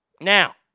Now